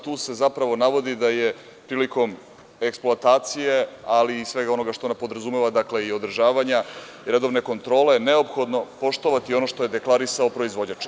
Tu se zapravo navodi da je prilikom eksploatacije, ali i svega onoga što podrazumeva, dakle i održavanja i redovne kontrole, neophodno poštovati ono što je deklarisao proizvođač.